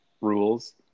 rules